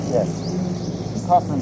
Yes